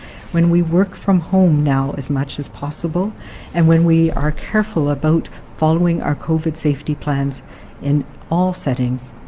when we work from home now as much as possible and when we are careful about following our covid nineteen safety plans in all settings,